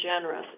generous